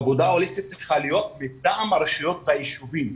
עבודה הוליסטית צריכה להיות מטעם הרשויות בישובים,